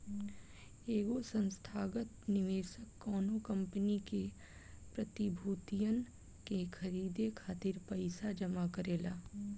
एगो संस्थागत निवेशक कौनो कंपनी के प्रतिभूतियन के खरीदे खातिर पईसा जमा करेला